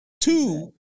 two